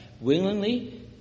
willingly